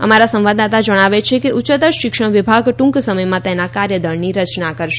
અમારા સંવાદદાતા જણાવે છે કે ઉચ્યતર શિક્ષણ વિભાગ ટુંક સમયમાં તેના કાર્યદળની રચના કરશે